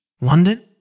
London